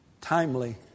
timely